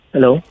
Hello